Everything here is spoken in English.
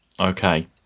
Okay